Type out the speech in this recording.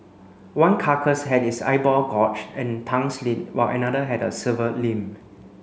one carcass had its eyeball gorged and tongue slit while another had a severed limb